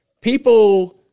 people